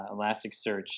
Elasticsearch